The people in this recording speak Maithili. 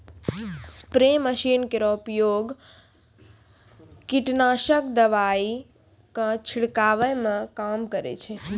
स्प्रे मसीन केरो प्रयोग कीटनाशक दवाई क छिड़कावै म काम करै छै